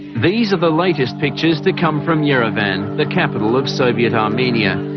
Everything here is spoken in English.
these are the latest pictures to come from yerevan, the capital of soviet armenia.